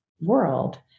world